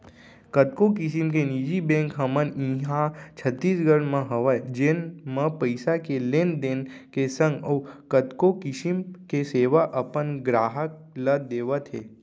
कतको किसम के निजी बेंक हमन इहॉं छत्तीसगढ़ म हवय जेन म पइसा के लेन देन के संग अउ कतको किसम के सेवा अपन गराहक ल देवत हें